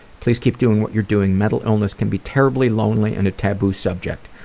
please keep doing what you're doing, mental illness can be terribly lonely and a taboo subject.